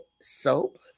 soap